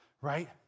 right